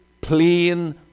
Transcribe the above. plain